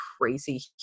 crazy